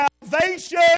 salvation